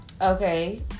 Okay